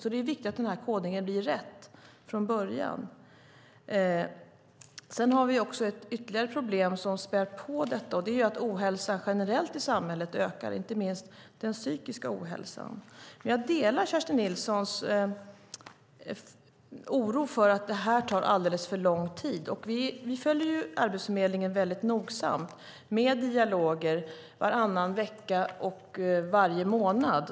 Det är alltså viktigt att kodningen blir rätt från början. Sedan har vi ytterligare ett problem, som späder på detta: Ohälsan ökar generellt i samhället, inte minst den psykiska ohälsan. Jag delar Kerstin Nilssons oro över att detta tar alldeles för lång tid. Vi följer Arbetsförmedlingen väldigt nogsamt med dialoger varannan vecka och varje månad.